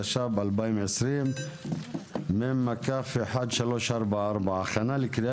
התש"ף-2020 בה דנו